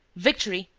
victory!